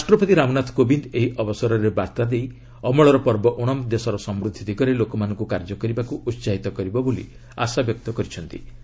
ରାଷ୍ଟ୍ରପତି ରାମନାଥ କୋବିନ୍ଦ ଏହି ଅବସରରେ ବାର୍ତ୍ତା ଦେଇ ଅମଳର ପର୍ବ ଓଶମ୍ ଦେଶର ସମୃଦ୍ଧି ଦିଗରେ ଲୋକମାନଙ୍କୁ କାର୍ଯ୍ୟ କରିବାକୁ ଉସାହିତ କରିବ ବୋଲି ଆଶାବ୍ୟକ୍ତ କରିଛନ୍ତ